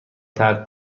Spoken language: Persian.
ترک